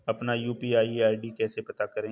अपना UPI ID कैसे पता करें?